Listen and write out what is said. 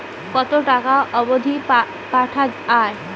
কতো টাকা অবধি পাঠা য়ায়?